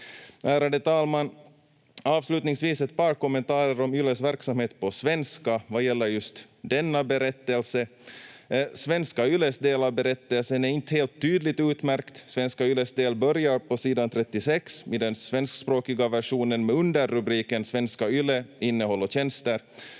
Ärade talman! Avslutningsvis ett par kommentarer om Yles verksamhet på svenska vad gäller just denna berättelse. Svenska Yles del av berättelsen är inte helt tydligt utmärkt. Svenska Yles del börjar på sidan 36 vid den svenskspråkiga versionen med underrubriken ”Svenska Yle — innehåll och tjänster”.